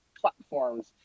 platforms